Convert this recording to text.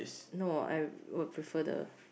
no I would prefer the